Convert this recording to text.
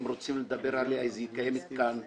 אם רוצים לדבר עליה היא קיימת כאן.